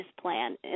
plan